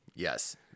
Yes